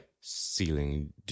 ceiling